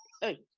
Hey